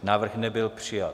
Návrh nebyl přijat.